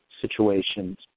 situations